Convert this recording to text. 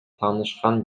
таанышкан